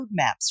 roadmaps